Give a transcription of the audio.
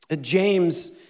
James